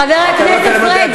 תורידו אותו.